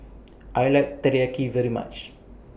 I like Teriyaki very much